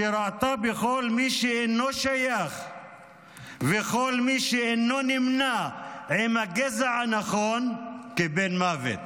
שראתה בכל מי שאינו שייך וכל מי שאינו נמנה עם הגזע הנכון בן מוות.